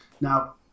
Now